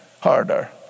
harder